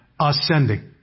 ascending